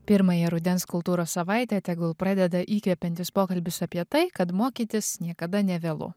pirmąją rudens kultūros savaitę tegul pradeda įkvepiantis pokalbis apie tai kad mokytis niekada nevėlu